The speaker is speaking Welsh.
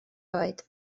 oed